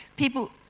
people